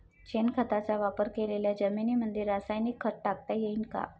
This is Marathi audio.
शेणखताचा वापर केलेल्या जमीनीमंदी रासायनिक खत टाकता येईन का?